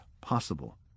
possible